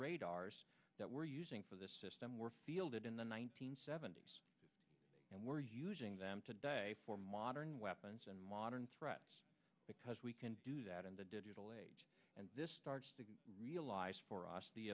radars that we're using for this system were fielded in the one nine hundred seventy s and we're using them today for modern weapons and modern threats because we can do that in the digital age and this starts to realize for us the